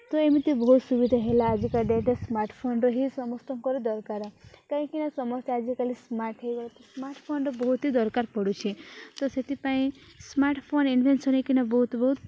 ତ ଏମିତି ବହୁତ ସୁବିଧା ହେଲା ଆଜିକା ଡେଟ୍ରେ ସ୍ମାର୍ଟ୍ଫୋନ୍ର ହିଁ ସମସ୍ତଙ୍କର ଦରକାର କାହିଁକିନା ସମସ୍ତେ ଆଜିକାଲି ସ୍ମାର୍ଟ୍ ହୋଇଗଲେ ତ ସ୍ମାର୍ଟ୍ଫୋନ୍ର ବହୁତ ହିଁ ଦରକାର ପଡ଼ୁଛି ତ ସେଥିପାଇଁ ସ୍ମାର୍ଟ୍ଫୋନ୍ ଇନଭେନ୍ସନ୍ ହେଇକିନା ବହୁତ ବହୁତ